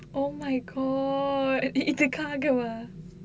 oh my god இதுக்காகவா:ithukkaakavea